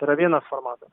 yra viena formatas